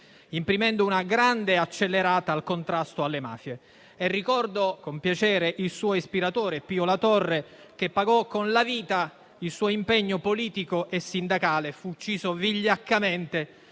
imprimendo una grande accelerazione al contrasto alle mafie. Ricordo con piacere il suo ispiratore, Pio La Torre, che pagò con la vita il suo impegno politico e sindacale, perché fu ucciso vigliaccamente